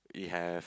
it have